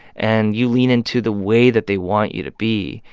and you lean in to the way that they want you to be.